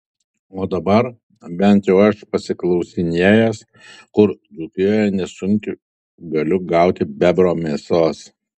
o dabar bent jau aš pasiklausinėjęs kur dzūkijoje nesunkiai galiu gauti bebro mėsos